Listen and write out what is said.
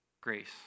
grace